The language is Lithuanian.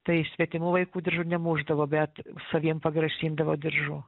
tai svetimų vaikų diržu nemušdavo bet saviem pagrasindavo diržu